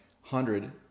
hundred